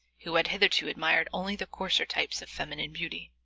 who had hitherto admired only the coarser types of feminine beauty.